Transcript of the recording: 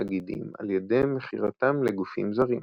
תאגידים על ידי מכירתם לגופים זרים.